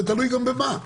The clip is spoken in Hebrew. ותלוי במה.